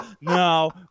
No